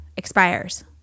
expires